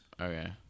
Okay